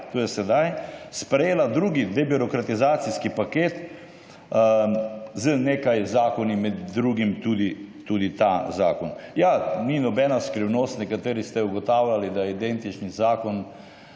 sprejela drugi debirokratizacijski paket z nekaj zakoni, med drugim tudi tem zakonom. Ja, ni nobena skrivnost, nekateri ste ugotavljali, da je identični zakon